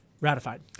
ratified